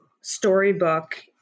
Storybook